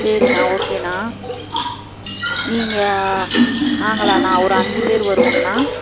சரிண்ணா ஓகேண்ணா நீங்கள் நாங்களாண்ணா ஒரு அஞ்சு பேர் வருவோங்கண்ணா